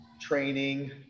training